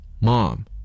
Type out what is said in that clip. Mom